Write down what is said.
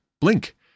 Blink